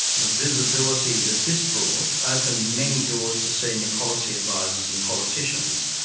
the visibility that this brought opened many doors to senior policy advisors and politicians.